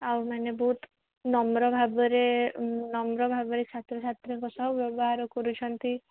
ଆଉ ମାନେ ବହୁତ ନମ୍ର ଭାବରେ ନମ୍ର ଭାବରେ ଛାତ୍ର ଛାତ୍ରୀଙ୍କ ସହ ବ୍ୟବହାର କରୁଛନ୍ତି